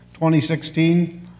2016